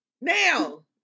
now